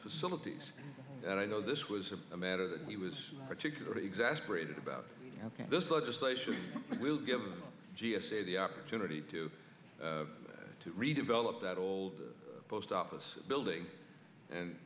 facilities and i know this was a matter that he was particularly exasperated about this legislation will give the g s a the opportunity to redevelop that old post office building and